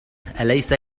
أليس